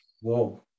whoa